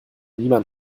niemand